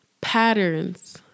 patterns